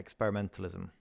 experimentalism